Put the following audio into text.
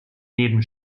neben